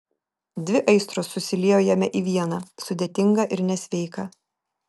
dvi aistros susiliejo jame į vieną sudėtingą ir nesveiką